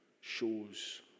shows